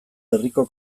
herriko